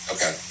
Okay